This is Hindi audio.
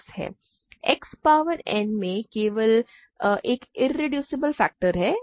X पावर n में केवल एक इरेड्यूसेबल फैक्टर है